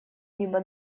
либо